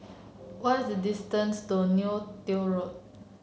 where is the distance to Neo Tiew Road